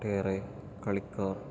ഏറെ കളിക്കാർ